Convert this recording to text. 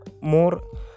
more